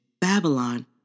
Babylon